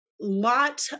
lot